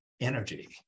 energy